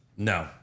No